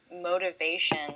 motivation